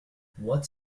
what’s